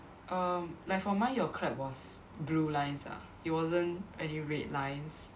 um like for mine your clap was blue lines ah it wasn't any red lines